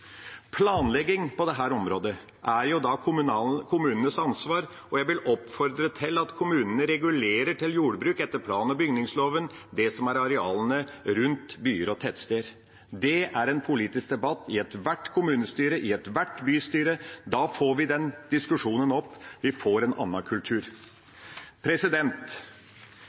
Planlegging på dette området er jo da kommunenes ansvar, og jeg vil oppfordre til at kommunene regulerer til jordbruk – etter plan- og bygningsloven – det som er arealene rundt byer og tettsteder. Det er en politisk debatt i ethvert kommunestyre, i ethvert bystyre. Da får vi den diskusjonen opp, vi får en annen kultur.